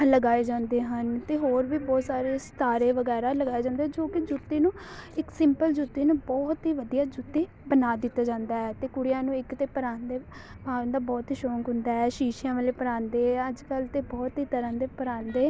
ਲਗਾਏ ਜਾਂਦੇ ਹਨ ਅਤੇ ਹੋਰ ਵੀ ਬਹੁਤ ਸਾਰੇ ਸਿਤਾਰੇ ਵਗੈਰਾ ਲਗਾਏ ਜਾਂਦੇ ਜੋ ਕਿ ਜੁੱਤੀ ਨੂੰ ਇੱਕ ਸਿੰਪਲ ਜੁੱਤੀ ਨੂੰ ਬਹੁਤ ਹੀ ਵਧੀਆ ਜੁੱਤੀ ਬਣਾ ਦਿੱਤਾ ਜਾਂਦਾ ਹੈ ਅਤੇ ਕੁੜੀਆਂ ਨੂੰ ਇੱਕ ਤਾਂ ਪਰਾਂਦੇ ਪਾਉਣ ਦਾ ਬਹੁਤ ਹੀ ਸ਼ੌਕ ਹੁੰਦਾ ਹੈ ਸ਼ੀਸ਼ਿਆਂ ਵਾਲੇ ਪਰਾਂਦੇ ਅੱਜ ਕੱਲ੍ਹ ਤਾਂ ਬਹੁਤ ਹੀ ਤਰ੍ਹਾਂ ਦੇ ਪਰਾਂਦੇ